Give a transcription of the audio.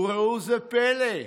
וראו זה פלא,